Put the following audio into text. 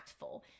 impactful